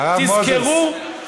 תזכרו תמיד,